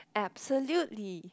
absolutely